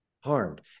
harmed